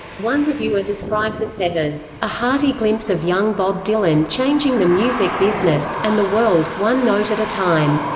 one reviewer described the set as a hearty glimpse of young bob dylan changing the music business, and the world, one note at a time.